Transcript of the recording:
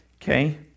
Okay